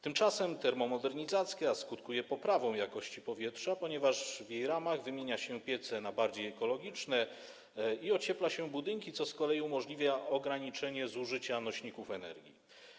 Tymczasem termomodernizacja skutkuje poprawą jakości powietrza, ponieważ w jej ramach wymienia się piece na bardziej ekologiczne i ociepla się budynki, co z kolei umożliwia ograniczenie zużycia nośników energii.